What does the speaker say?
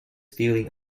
feeling